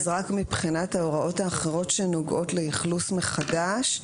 מבחינת ההוראות האחרות שנוגעות לאכלוס מחדש,